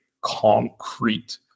concrete